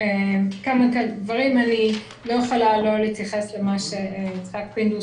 אני לא יכולה שלא להתייחס למה שיצחק פינדרוס